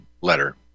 letter